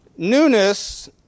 Newness